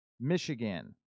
michigan